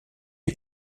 est